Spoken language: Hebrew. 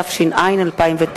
התש"ע 2009,